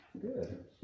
Good